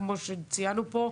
כמו שציינו פה,